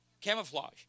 camouflage